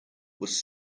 was